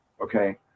Okay